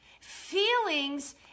Feelings